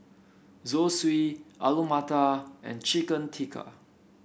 Zosui Alu Matar and Chicken Tikka